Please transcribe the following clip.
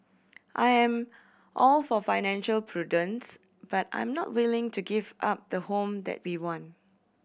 I am all for financial prudence but I'm not willing to give up the home that we want